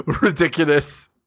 Ridiculous